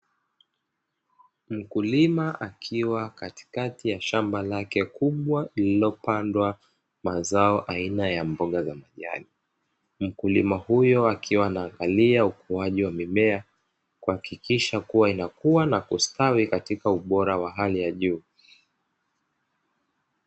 Mkulima akiwa katikati ya shamba lake kubwa lililopandwa mazao aina ya mboga za majani. Mkulima huyo akiwa anaangalia ukuaji wa mimea kuhakikisha kuwa inakua na kustawi katika ubora wa hali ya juu.